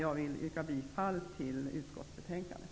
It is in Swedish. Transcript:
Jag vill yrka bifall till hemställan i utskottsbetänkandet.